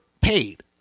paid